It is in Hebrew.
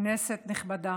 כנסת נכבדה,